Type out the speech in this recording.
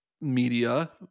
media